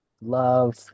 love